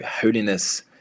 holiness